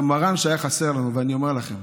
הרי מרן, שהיה חסר לנו, ואני אומר לכם